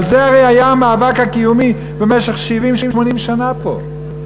על זה הרי היה המאבק הקיומי במשך 70 80 שנה פה.